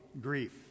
grief